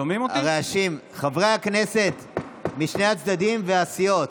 הרעשים, חברי הכנסת משני הצדדים והסיעות.